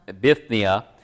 Bithynia